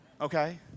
Okay